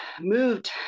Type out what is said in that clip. Moved